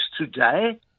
today